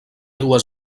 dues